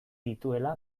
dituela